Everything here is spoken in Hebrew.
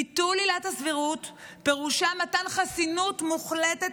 ביטול עילת הסבירות פירושו מתן חסינות מוחלטת